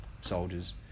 soldiers